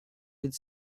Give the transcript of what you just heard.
could